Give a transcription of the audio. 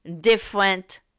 different